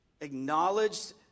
acknowledged